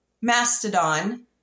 Mastodon